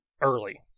early